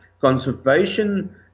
conservation